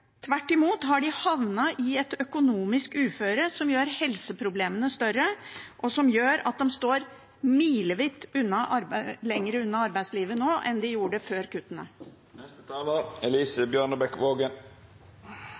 Tvert imot har de havnet i et økonomisk uføre som gjør helseproblemene større, og som gjør at de står milevis lenger unna arbeidslivet nå enn de gjorde før